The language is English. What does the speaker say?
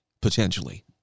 potentially